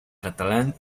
catalán